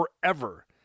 forever